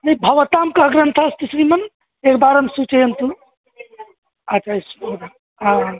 नि भवतां कः ग्रन्थः अस्ति श्रीमन् एकवारं सूचयन्तु अच्छा हा हा